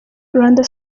rwanda